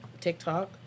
tiktok